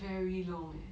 very long eh